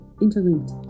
interlinked